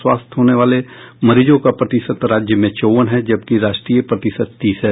स्वस्थ होने वाले मरीजों का प्रतिशत राज्य में चौवन है जबकि राष्ट्रीय प्रतिशत तीस है